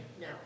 No